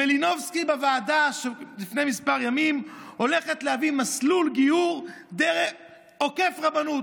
מלינובסקי בוועדה לפני כמה ימים הולכת להביא מסלול גיור עוקף רבנות,